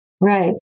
Right